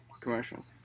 commercial